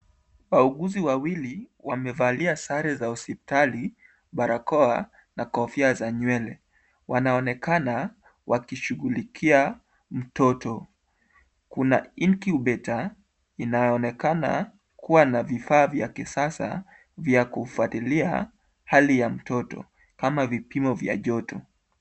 Wauguzi wawili wamevalia sare za hospitali, barakoa na kofia za nywele. Wanaonekana wakishughulikia mtoto, kuna incubator inaonekana kuwa na vifaa vya kisasa vya kufuatilia hali ya mtoto kama vipimo vya joto.